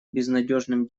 безнадежным